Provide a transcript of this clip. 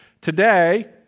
Today